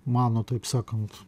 mano taip sakant